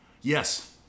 Yes